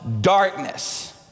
darkness